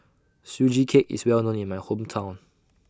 Sugee Cake IS Well known in My Hometown